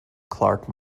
clark